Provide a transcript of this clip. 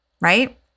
right